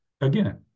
again